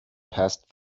passed